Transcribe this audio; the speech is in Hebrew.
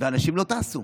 ואנשים לא טסו.